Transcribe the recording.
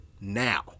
now